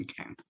Okay